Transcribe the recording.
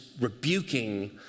rebuking